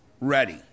ready